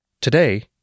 Today